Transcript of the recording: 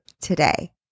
today